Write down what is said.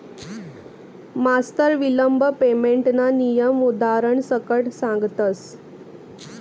मास्तर विलंब पेमेंटना नियम उदारण सकट सांगतस